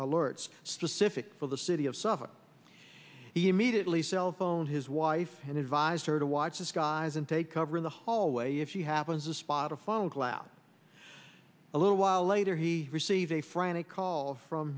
alerts specific for the city of suffolk he immediately cellphone his wife and advised her to watch the skies and take cover in the hallway if he happens to spot a funnel cloud a little while later he received a frantic call from